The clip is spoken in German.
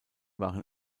waren